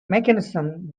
mechanism